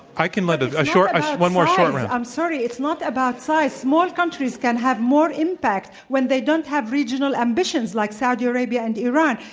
i can let a short one more short round. i'm sorry, it's not about size. more countries can have more impact when they don't have regional ambitions like saudi arabia and iran.